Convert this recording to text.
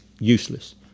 useless